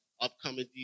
upcoming